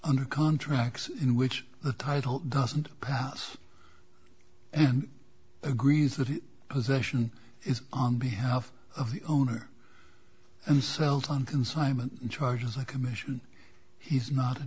under contract in which the title doesn't pass and agrees that the possession is on behalf of the owner and sells on consignment charges a commission he's not